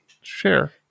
share